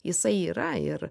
jisai yra ir